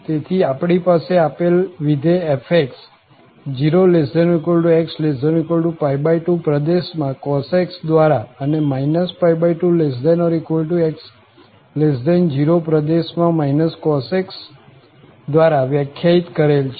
તેથી આપણી પાસે આપેલ વિધેય f 0≤x≤2 પ્રદેશમાં cos x દ્વારા અને 2≤x0 પ્રદેશમાં cos x દ્વારા વ્યાખ્યાયિત કરેલ છે